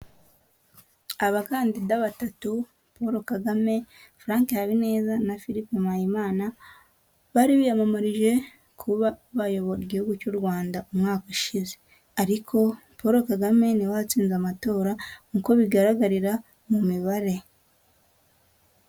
Abakandida batatu Paul Kagame, Fank Habineza na Philippe Muhayimana, bari biyamamarije kuba bayobora igihugu cy'u Rwanda umwaka ushize, ariko Paul Kagame ni we watsinze amatora uko bigaragarira mu mibare.